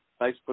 Facebook